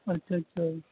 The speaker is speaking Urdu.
اچھا اچھا